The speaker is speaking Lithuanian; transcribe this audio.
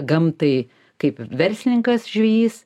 gamtai kaip verslininkas žvejys